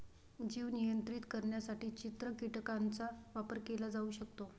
जीव नियंत्रित करण्यासाठी चित्र कीटकांचा वापर केला जाऊ शकतो